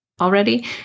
already